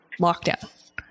lockdown